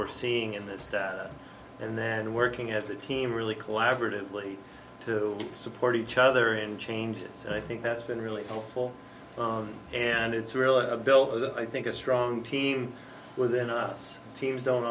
we're seeing in this stat and then working as a team really collaboratively to support each other in changes and i think that's been really helpful and it's really built i think a strong team within us teams don't